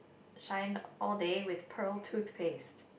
shine all day with pearl toothpaste